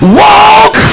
walk